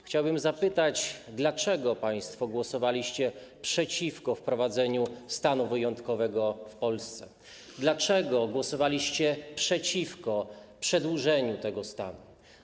Chciałbym zapytać, dlaczego państwo głosowaliście przeciwko wprowadzeniu stanu wyjątkowego w Polsce, dlaczego głosowaliście przeciwko przedłużeniu tego stanu.